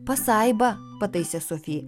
pasaiba pataisė sofi